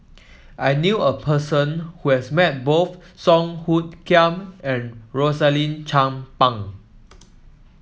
I knew a person who has met both Song Hoot Kiam and Rosaline Chan Pang